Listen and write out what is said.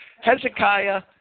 Hezekiah